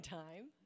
time